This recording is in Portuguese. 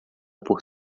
por